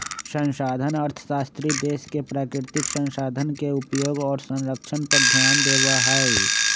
संसाधन अर्थशास्त्री देश के प्राकृतिक संसाधन के उपयोग और संरक्षण पर ध्यान देवा हई